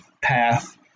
path